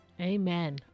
Amen